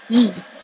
mm